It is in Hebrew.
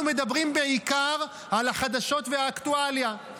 אנחנו מדברים בעיקר על החדשות והאקטואליה.